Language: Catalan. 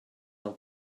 del